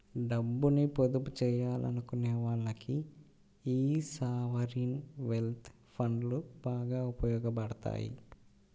డబ్బుని పొదుపు చెయ్యాలనుకునే వాళ్ళకి యీ సావరీన్ వెల్త్ ఫండ్లు బాగా ఉపయోగాపడతాయి